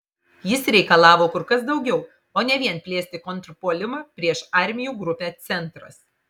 jis reikalavo kur kas daugiau o ne vien plėsti kontrpuolimą prieš armijų grupę centras